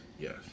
yes